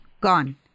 Gone